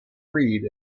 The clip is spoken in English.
reid